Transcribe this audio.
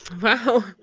Wow